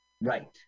Right